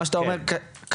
מה שאתה אומר קשה,